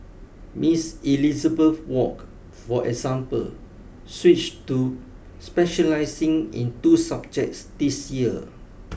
Ms Elizabeth Wok for example switched to specialising in two subjects this year